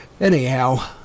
anyhow